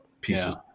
pieces